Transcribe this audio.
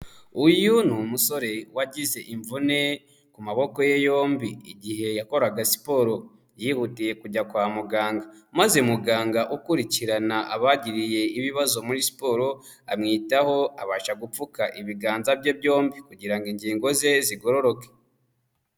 Uyu ni umusore wagize imvune ku maboko ye yombi igihe yakoraga siporo, yihutiye kujya kwa muganga maze muganga ukurikirana abagiriye ibibazo muri siporo amwitaho, abasha gupfuka ibiganza bye byombi kugira ngo ingingo ze zigororoke.